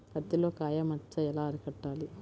పత్తిలో కాయ మచ్చ ఎలా అరికట్టాలి?